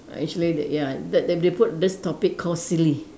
actually they ya that they put put this topic call silly